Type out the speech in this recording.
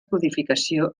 codificació